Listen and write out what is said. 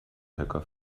höcker